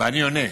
ואני עונה.